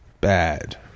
bad